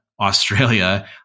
Australia